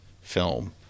film